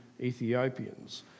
Ethiopians